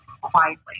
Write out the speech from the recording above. quietly